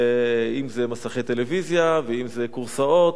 אם מסכי טלוויזיה ואם כורסאות,